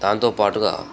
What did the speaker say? దాంతో పాటుగా